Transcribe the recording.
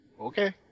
Okay